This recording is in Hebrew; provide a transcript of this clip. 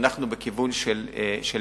ואנחנו בכיוון של לטפל,